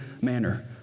manner